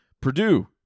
Purdue